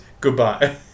goodbye